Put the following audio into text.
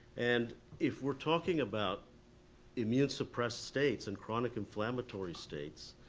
and if we're talking about immune suppressed states and chronic inflammatory states,